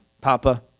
Papa